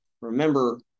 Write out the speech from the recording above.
Remember